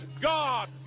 God